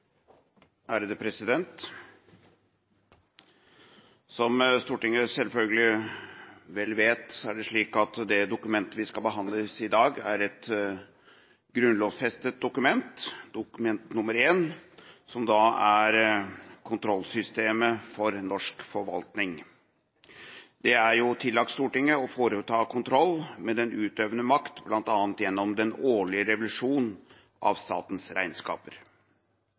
om ordet. Som Stortinget selvfølgelig vet vel, er det slik at det dokumentet vi skal behandle i dag, er et grunnlovfestet dokument, Dokument 1, som er kontrollsystemet for norsk forvaltning. Det er tillagt Stortinget å foreta kontroll med den utøvende makt, bl.a. gjennom den årlige revisjon av statens regnskaper.